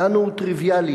לנו הוא טריוויאלי,